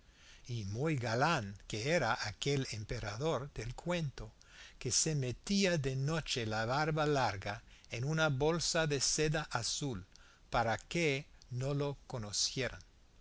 y muy galán que era aquel emperador del cuento que se metía de noche la barba larga en una bolsa de seda azul para que no lo conocieran y